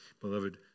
Beloved